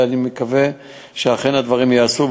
ואני מקווה שאכן הדברים ייעשו,